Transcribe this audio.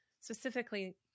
specifically